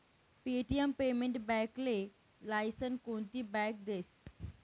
Paytm payment बॅकले licence कोनती bank देस?